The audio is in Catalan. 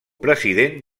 president